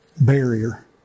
barrier